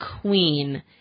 queen